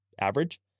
average